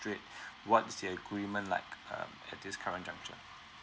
straight what is the agreement like um at this current juncture